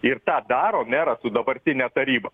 ir tą daro meras su dabartine taryba